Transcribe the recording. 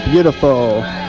Beautiful